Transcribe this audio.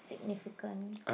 significant